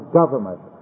government